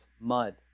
mud